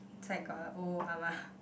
inside got a old ah-ma